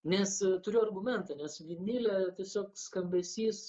nes turiu argumentą nes vinilė tiesiog skambesys